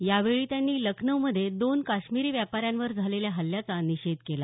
यावेळी त्यांनी लखनौमध्ये दोन काश्मिरी व्यापाऱ्यावर झालेल्या हल्ल्याचा निषेध केला